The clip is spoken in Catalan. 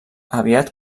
aviat